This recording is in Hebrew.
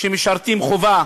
שמשרתים חובה,